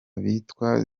bitwa